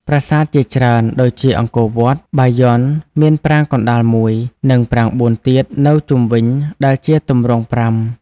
ប្រាសាទជាច្រើន ដូចជាអង្គរវត្ត បាយ័ន មានប្រាង្គកណ្តាលមួយ និងប្រាង្គបួនទៀតនៅជុំវិញ ដែលជាទម្រង់ប្រាំ។